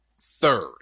third